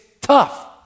tough